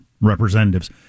representatives